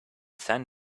san